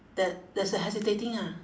that there's a hesitating ah